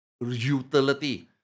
utility